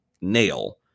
nail